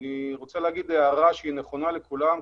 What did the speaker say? אני רוצה לומר הערה שנכונה לכולם,